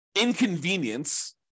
inconvenience